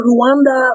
Rwanda